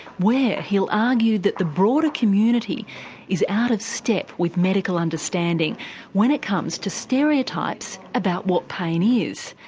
where he'll argue that the broader community is out of step with medical understanding when it comes to stereotypes about what pain is.